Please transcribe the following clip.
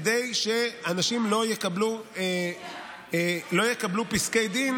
כדי שאנשים לא יקבלו פסקי דין